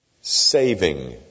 Saving